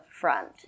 front